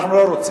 אנחנו לא רוצים.